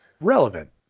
Relevant